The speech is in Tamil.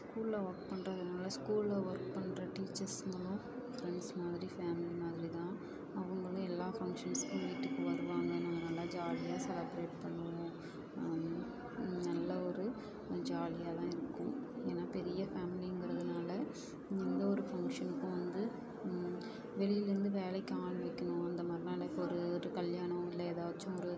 ஸ்கூலில் ஒர்க் பண்ணுறதுனால ஸ்கூலில் ஒர்க் பண்ணுற டீச்சர்ஸ்ங்களும் ஃப்ரெண்ட்ஸ் மாதிரி ஃபேமிலி மாதிரி தான் அவங்களும் எல்லா ஃபங்க்ஷன்ஸ்க்கும் வீட்டுக்கு வருவாங்க நாங்கள் நல்லா ஜாலியாக செலப்ரேட் பண்ணுவோம் நல்ல ஒரு ஜாலியாக தான் இருக்கும் ஏன்னால் பெரிய ஃபேமிலிங்கிறதுனால எந்த ஒரு ஃபங்க்ஷனுக்கும் வந்து வெளியில் இருந்து வேலைக்கு ஆள் வக்கணும் அந்த மாதிரிலாம் இல்லை இப்போ ஒரு ஒரு கல்யாணம் இல்லை ஏதாச்சும் ஒரு